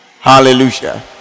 Hallelujah